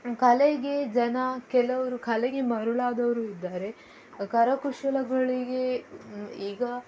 ಕಲೆಗೆ ಜನ ಕೆಲವರು ಕಲೆಗೆ ಮರುಳಾದವರು ಇದ್ದಾರೆ ಕರಕುಶಲಗಳಿಗೆ ಈಗ